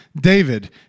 David